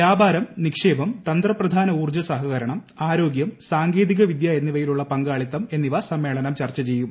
വ്യാപാരം നിക്ഷേപം തന്ത്രപ്രധാന ഊർജ സഹകരണം ആരോഗ്യം സാങ്കേതികവിദ്യ എന്നിവയിലുള്ള പങ്കാളിത്തം എന്നിവ സമ്മേളനം ചർച്ച ചെയ്യും